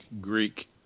Greek